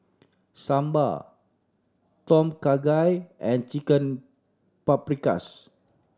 Sambar Tom Kha Gai and Chicken Paprikas